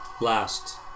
last